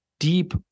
deep